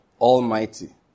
Almighty